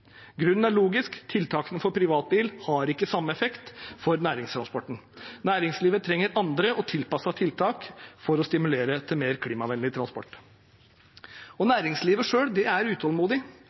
Grunnen er logisk. Tiltakene for privatbil har ikke samme effekt for næringstransporten. Næringslivet trenger andre og tilpassede tiltak for å stimulere til mer klimavennlig transport. Næringslivet selv er utålmodig.